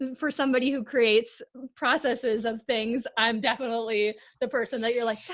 for somebody who creates processes of things, i'm definitely the person that you're like, yeah